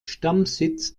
stammsitz